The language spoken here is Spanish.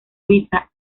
luisa